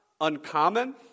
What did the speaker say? uncommon